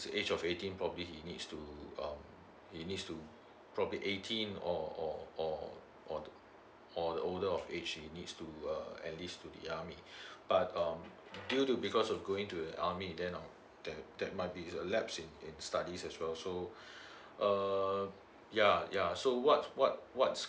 age of eighteen probably he needs to uh he needs to probably eighteen or or or or or the older of age he needs to uh at least to the army but um due to because of going to army then uh then that might be a lapse in in studies as well so uh yeah yeah so what what what